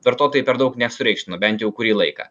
vartotojai per daug nesureikšmino bent jau kurį laiką